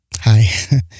hi